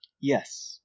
Yes